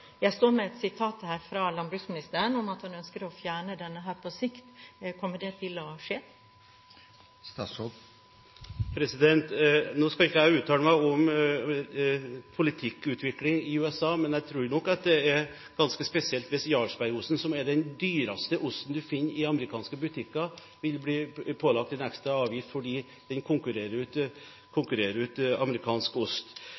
Jeg står med et sitat her fra landbruksministeren om at han ønsker å fjerne denne på sikt. Kommer det til å skje? Nå skal ikke jeg uttale meg om politikkutvikling i USA, men jeg tror det er ganske spesielt hvis Jarlsbergosten, som er den dyreste osten du finner i amerikanske butikker, vil bli pålagt en ekstra avgift fordi den konkurrerer ut amerikansk ost.